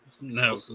No